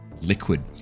liquid